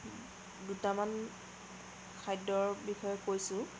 দুটামান খাদ্যৰ বিষয়ে কৈছোঁ